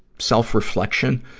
self-reflection,